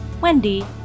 wendy